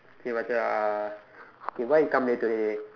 okay Macha uh okay why you come late today